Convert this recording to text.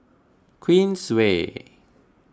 Queensway